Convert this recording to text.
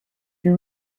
you